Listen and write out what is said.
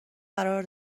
قرار